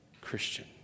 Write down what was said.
Christian